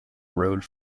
road